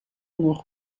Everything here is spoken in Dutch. nog